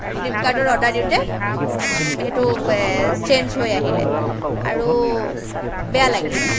ফ্লিপকাৰ্টৰ অৰ্ডাৰ দিওঁতে সেইটো চেঞ্জ হৈ আহিলে আৰু বেয়া লাগিলে